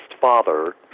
father